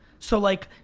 so like